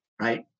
Right